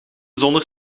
zonder